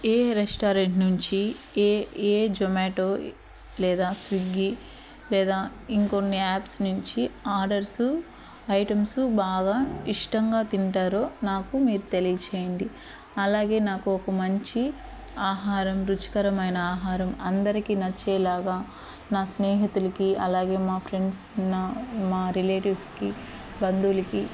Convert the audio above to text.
ఏ restaurant నుంచి ఏ ఏ జోమాటో లేదా స్విగ్గీ లేదా ఇంకొన్ని యాప్స్ నుంచి ఆర్డర్సు ఐటమ్స్ బాగా ఇష్టంగా తింటారో నాకు మీరు తెలియ చేయండి అలాగే నాకు ఒక మంచి ఆహారం రుచికరమైన ఆహారం అందరికీ నచ్చేలాగా నా స్నేహితులకి అలాగే మా ఫ్రెండ్స్ నా మా రిలేటివ్స్కి బంధువులకి